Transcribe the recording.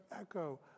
echo